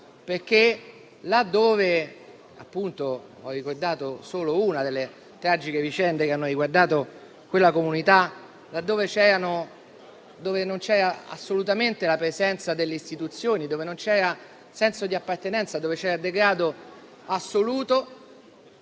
esempio Caivano. Ho ricordato solo una delle tragiche vicende che hanno riguardato quella comunità, dove non c'era assolutamente la presenza delle istituzioni, dove non c'era senso di appartenenza, dove c'era degrado assoluto,